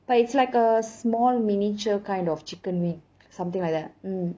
but it's like a small miniature kind of chicken wing something like that mm